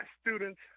students